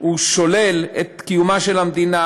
הוא שולל את קיומה של המדינה,